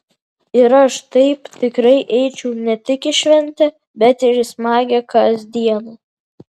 ir aš taip tikrai eičiau ne tik į šventę bet ir į smagią kasdieną